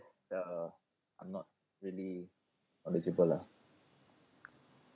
the I'm not really eligible lah